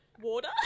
water